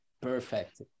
perfect